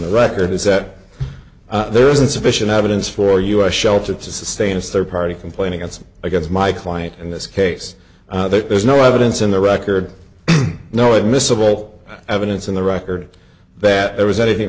the record is that there is insufficient evidence for us shelter to sustain a third party complaint against against my client in this case there's no evidence in the record no admissible evidence in the record that there was anything